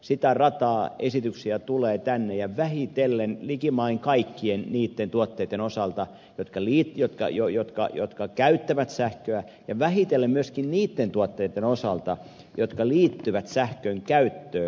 sitä rataa esityksiä tulee tänne vähitellen likimain kaikkien niitten tuotteitten osalta jotka käyttävät sähköä ja vähitellen myöskin niitten tuotteitten osalta jotka liittyvät sähkön käyttöön